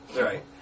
Right